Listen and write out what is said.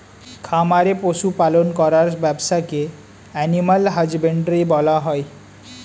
খামারে পশু পালন করার ব্যবসাকে অ্যানিমাল হাজবেন্ড্রী বলা হয়